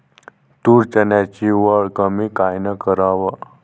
तूर, चन्याची वल कमी कायनं कराव?